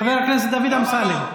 חבר הכנסת דוד אמסלם,